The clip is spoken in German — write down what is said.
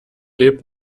lebt